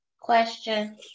Question